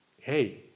hey